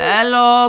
Hello